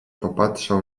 popatrzał